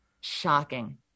shocking